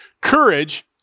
courage